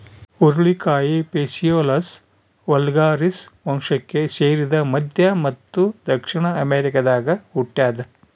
ಹುರುಳಿಕಾಯಿ Phaseolus vulgaris ವಂಶಕ್ಕೆ ಸೇರಿದ ಮಧ್ಯ ಮತ್ತು ದಕ್ಷಿಣ ಅಮೆರಿಕಾದಾಗ ಹುಟ್ಯಾದ